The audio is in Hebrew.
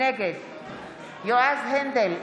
נגד יועז הנדל,